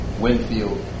Winfield